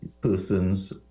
persons